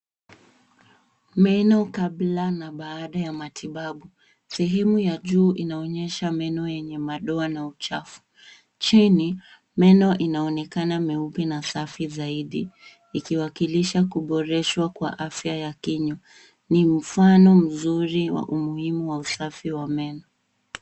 Meno kabla na baada ya matibabu. Sehemu ya juu inaonyesha meno yenye madoa na uchafu. Chini meno inaonekana meupe na safi zaidi zikiwakilisha kuboreshwa kwa afya ya kinywa. Ni mfano mzuri wa umuhimu wa usafi wa meno